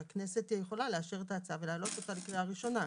אבל הכנסת יכולה לאשר את ההצעה ולהעלות אותה לקריאה ראשונה.